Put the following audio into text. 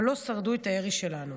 אבל לא שרדו את הירי שלנו,